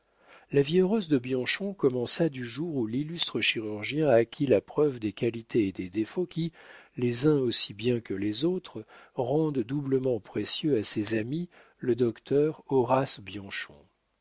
la vie heureuse de bianchon commença du jour où l'illustre chirurgien acquit la preuve des qualités et des défauts qui les uns aussi bien que les autres rendent doublement précieux à ses amis le docteur horace bianchon